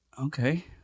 Okay